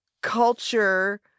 culture